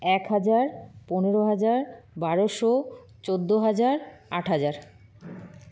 এক হাজার পনেরো হাজার বারোশো চোদ্দ হাজার আট হাজার